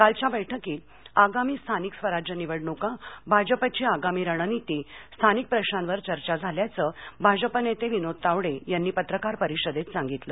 कालच्या बैठकीत आगामी स्थानिक स्वराज्य निवडणुका भाजपची आगामी रणनीती स्थानिक प्रशांवर चर्चा झाल्याचं भाजप नेते विनोद तावडे यांनी पत्रकार परिषदेत सांगितलं